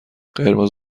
قرمز